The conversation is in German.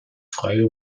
freie